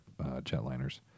jetliners